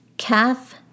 calf